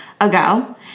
ago